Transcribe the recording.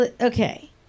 Okay